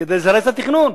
כדי לזרז את התכנון.